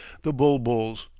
the bul-buls.